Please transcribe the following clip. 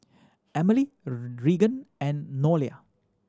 Emely Regan and Nolia